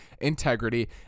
integrity